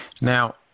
Now